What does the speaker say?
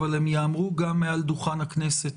אבל הם ייאמרו גם מעל דוכן הכנסת